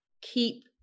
keep